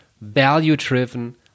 value-driven